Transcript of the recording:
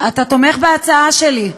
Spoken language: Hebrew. אתה תומך בהצעה שלי.